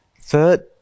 Third